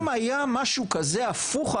אם היה משהו כזה הפוך,